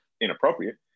inappropriate